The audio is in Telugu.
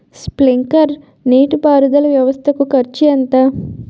స్ప్రింక్లర్ నీటిపారుదల వ్వవస్థ కు ఖర్చు ఎంత?